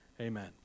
Amen